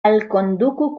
alkonduku